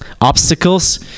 obstacles